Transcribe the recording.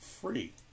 free